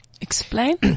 Explain